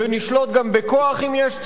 ונשלוט גם בכוח, אם יש צורך,